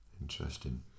interesting